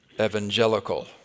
evangelical